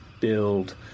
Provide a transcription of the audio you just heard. build